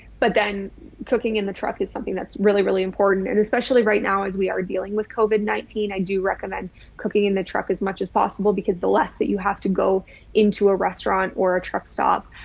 but then cooking in the truck is something that's really, really important. and especially right now, as we are dealing with covid nineteen, i do recommend cooking in the truck as much as possible because the less that you have to go into a restaurant or a truck stop,